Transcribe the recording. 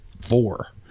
four